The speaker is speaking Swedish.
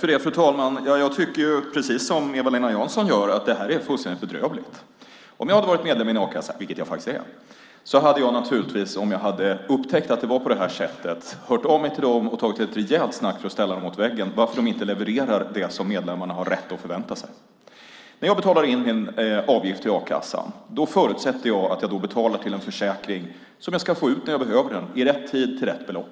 Fru talman! Jag tycker precis som Eva-Lena Jansson att det här är fullständigt bedrövligt. Om jag hade varit medlem i en a-kassa, vilket jag faktiskt är, hade jag naturligtvis om jag hade upptäckt att det var på det här sättet hört av mig till dem och tagit ett rejält snack för att ställa dem mot väggen om varför de inte levererar det som medlemmarna har rätt att förvänta sig. När jag betalar in min avgift till a-kassan förutsätter jag att jag då betalar till en försäkring som jag ska få ut när jag behöver den, i rätt tid till rätt belopp.